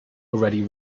already